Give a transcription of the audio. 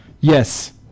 Yes